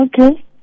Okay